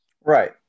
Right